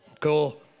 Cool